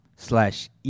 Slash